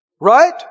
right